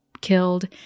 killed